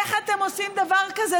איך אתם עושים דבר כזה?